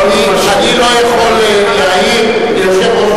אלה ישיבות